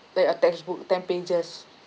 like your textbook ten pages